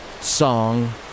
song